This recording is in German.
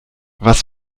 was